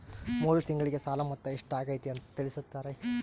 ಮೂರು ತಿಂಗಳಗೆ ಸಾಲ ಮೊತ್ತ ಎಷ್ಟು ಆಗೈತಿ ಅಂತ ತಿಳಸತಿರಿ?